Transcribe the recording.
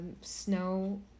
snow